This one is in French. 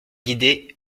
guider